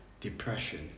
depression